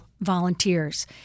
volunteers